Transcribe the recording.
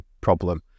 problem